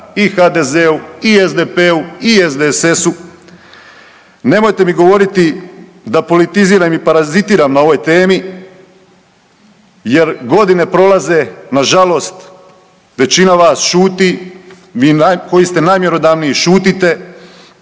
HDZ-u i SDP-u i SDSS-u. Nemojte mi govoriti da politiziram i parazitiram na ovoj temi jer godine prolaze nažalost većina vas šuti, vi koji ste najmjerodavniji šutite,